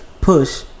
push